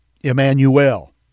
Emmanuel